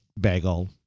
bagel